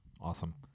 Awesome